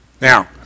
Now